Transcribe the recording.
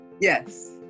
Yes